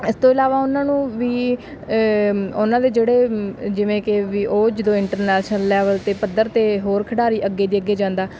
ਇਸ ਤੋਂ ਇਲਾਵਾ ਉਹਨਾਂ ਨੂੰ ਵੀ ਉਹਨਾਂ ਦੇ ਜਿਹੜੇ ਜਿਵੇਂ ਕਿ ਵੀ ਉਹ ਜਦੋਂ ਇੰਟਰਨੈਸ਼ਨਲ ਲੈਵਲ 'ਤੇ ਪੱਧਰ 'ਤੇ ਹੋਰ ਖਿਡਾਰੀ ਅੱਗੇ ਦੇ ਅੱਗੇ ਜਾਂਦਾ